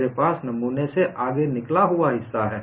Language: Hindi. मेरे पास नमूने से आगे निकला हुआ हिस्सा है